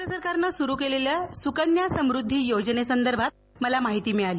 केंद्र सरकारनं सुरु केलेल्या सुकन्या समृद्धी योजनेसंदर्भात मला माहिती मिळाली